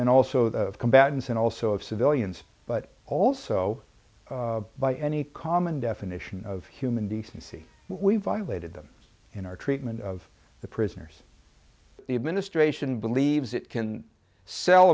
and also the combatants and also of civilians but also by any common definition of human decency we violated them in our treatment of the prisoners the administration believes it can sell